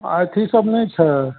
अथी सब नहि छै